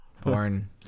porn